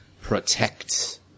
protect